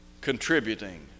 contributing